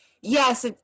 yes